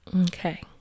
Okay